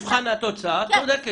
מבחן התוצאה את צודקת.